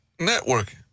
Networking